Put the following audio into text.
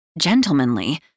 gentlemanly